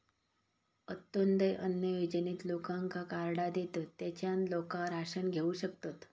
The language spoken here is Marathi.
अंत्योदय अन्न योजनेत लोकांका कार्डा देतत, तेच्यान लोका राशन घेऊ शकतत